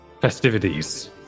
festivities